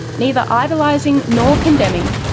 neither idolising nor condemning,